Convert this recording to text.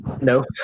No